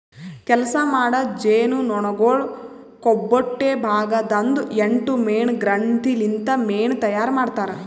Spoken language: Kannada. ಕೆಲಸ ಮಾಡೋ ಜೇನುನೊಣಗೊಳ್ ಕೊಬ್ಬೊಟ್ಟೆ ಭಾಗ ದಾಂದು ಎಂಟು ಮೇಣ ಗ್ರಂಥಿ ಲಿಂತ್ ಮೇಣ ತೈಯಾರ್ ಮಾಡ್ತಾರ್